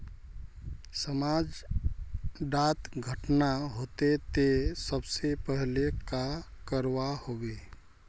समाज डात घटना होते ते सबसे पहले का करवा होबे?